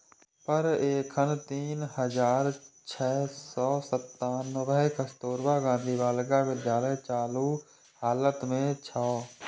पर एखन तीन हजार छह सय सत्तानबे कस्तुरबा गांधी बालिका विद्यालय चालू हालत मे छै